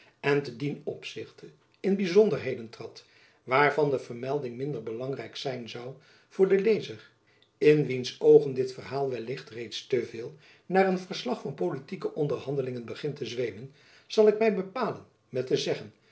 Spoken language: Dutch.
en te dien opzichte in byzonderheden trad waarvan de vermelding minder belangrijk zijn zoû voor den lezer in wiens oogen dit verhaal wellicht reeds te veel naar een verslag van politieke onderhandelingen begint te zweemen zal ik my bepalen jacob van lennep elizabeth musch met te zeggen